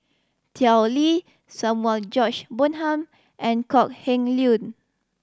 Tao Li Samuel George Bonham and Kok Heng Leun